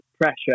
pressure